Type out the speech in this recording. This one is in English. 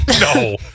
No